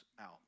out